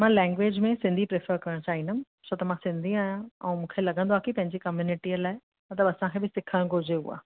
मां लेंग्वेज में सिन्धी प्रिफर करणु चाहींदमि छो त मां सिन्धी आहियां आऊं मूंखे लॻंदो आहे कि पंहिंजी कम्यूनिटी लाइ मतिलबु असांखे बि सिखणु घुरिजे उहा